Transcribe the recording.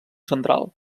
central